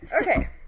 Okay